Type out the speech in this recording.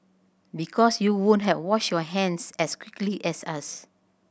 because you won't have washed your hands as quickly as us